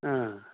ਹਾਂ